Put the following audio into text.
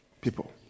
people